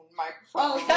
microphone